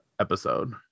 episode